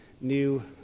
new